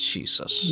Jesus